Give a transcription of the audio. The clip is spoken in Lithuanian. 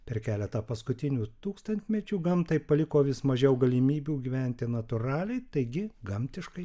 per keletą paskutinių tūkstantmečių gamtai paliko vis mažiau galimybių gyventi natūraliai taigi gamtiškai